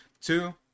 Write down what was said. Two